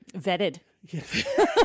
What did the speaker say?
vetted